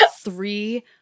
three